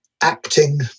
acting